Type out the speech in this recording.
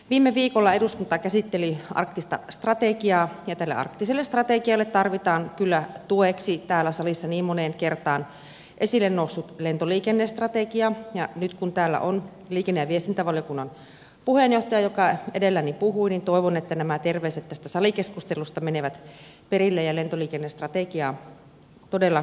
viime viikolla eduskunta käsitteli arktista strategiaa ja tälle arktiselle strategialle tarvitaan kyllä tueksi täällä salissa niin moneen kertaan esille noussut lentoliikennestrategia ja nyt kun täällä on liikenne ja viestintävaliokunnan puheenjohtaja joka edelläni puhui niin toivon että nämä terveiset tästä salikeskustelusta menevät perille ja lentoliikennestrategiaa todella kiirehditään